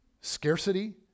scarcity